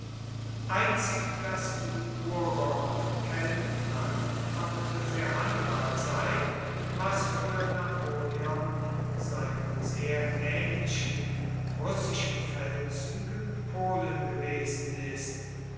einzig das ligurer und keltenland konnte fuer hannibal sein was fuer napoleon in seinen sehr aehnlichen russischen feldzuegen polen gewesen ist